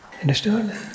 understood